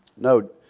No